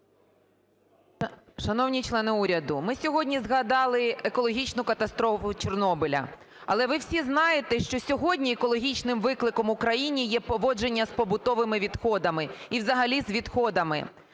Шановні члени уряду, ми сьогодні згадали екологічну катастрофу Чорнобиля. Але ви всі знаєте, що сьогодні екологічним викликом Україні є поводження з побутовими відходами, і взагалі з відходами.